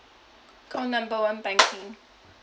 call number one banking